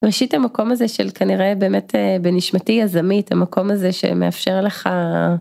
ראשית המקום הזה של כנראה באמת בנשמתי היזמית המקום הזה שמאפשר לך.